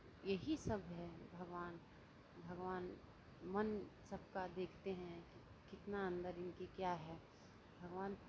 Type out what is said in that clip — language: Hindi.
यही सब है भगवान भगवान मन सब का देखते हैं कि कितना अंदर इनकी क्या है भगवान